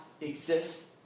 exist